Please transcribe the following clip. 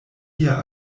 via